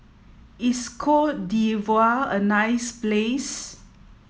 is Cote d'Ivoire a nice place